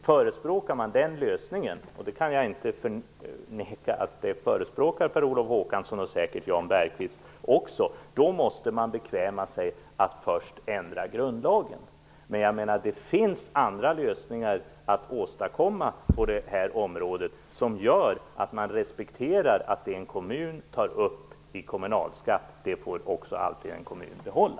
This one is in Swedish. Förespråkar man den lösningen - och jag kan inte förneka att Per Olof Håkansson och säkert Jan Bergqvist också förespråkar den - måste man bekväma sig att först ändra grundlagen. Det finns andra lösningar att åstadkomma på detta område som gör att man respekterar att det en kommun tar upp i kommunalskatt får den också alltid behålla.